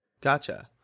Gotcha